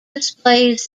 displays